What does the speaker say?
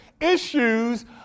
issues